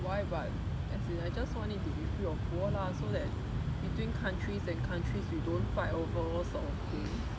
why but as in I just want it to be free of war lah so that between countries and countries you don't fight over all sort of thing